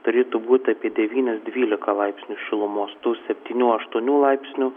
turėtų būti apie devynis dvylika laipsnių šilumos tų septynių aštuonių laipsnių